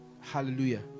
Hallelujah